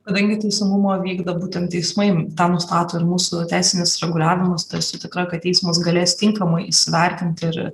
kadangi teisingumą vykdo būtent teismai tą nustato ir mūsų teisinis reguliavimas tai esu tikra kad teismas galės tinkamai įsivertinti ir